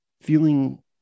feeling